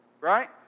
right